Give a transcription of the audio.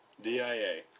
DIA